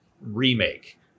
remake